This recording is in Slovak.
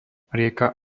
rieka